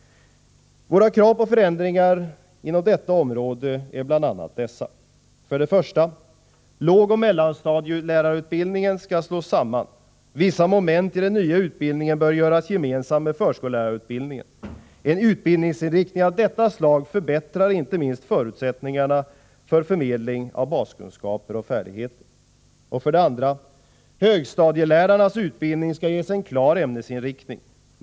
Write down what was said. Våra krav på förändringar inom detta område är bl.a. dessa: 1. Lågoch mellanstadielärarutbildningen skall slås samman. Vissa moment i den nya utbildningen bör göras gemensamma med förskollärarutbildningen. En utbildningsinriktning av detta slag förbättrar inte minst förutsättningarna för förmedling av baskunskaper och färdigheter. 2. Högstadielärarnas utbildning skall ges en klar ämnesinriktning.